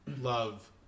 love